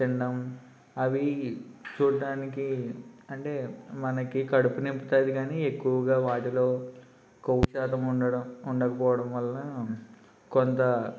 తినడం అవి చూడ్డానికి అంటే మనకి కడుపు నింపుతాది గానీ ఎక్కువగా వాటిలో కొవ్వు శాతం ఉండడం ఉండకపోవడం వల్ల కొంత